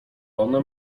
ona